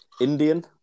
Indian